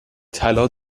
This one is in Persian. طلا